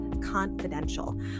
confidential